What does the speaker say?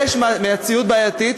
איך האוניברסיטה תדע?